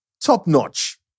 top-notch